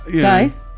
guys